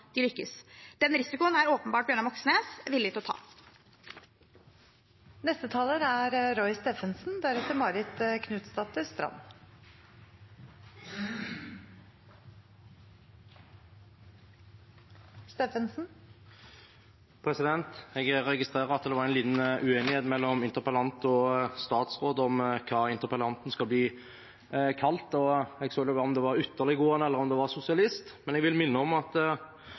de lykkes. Den risikoen er åpenbart Bjørnar Moxnes villig til å ta. Jeg registrerer at det var en liten uenighet mellom interpellant og statsråd om hva interpellanten skal bli kalt – om det var ytterliggående, eller om det var sosialist. Jeg vil minne om at